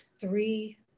three